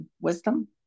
Wisdom